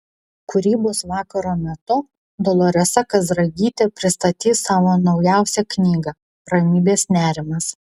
kūrybos vakaro metu doloresa kazragytė pristatys savo naujausią knygą ramybės nerimas